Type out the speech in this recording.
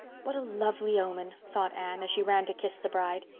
what a lovely omen, thought anne, as she ran to kiss the bride.